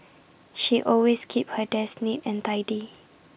she always keeps her desk neat and tidy